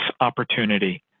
opportunity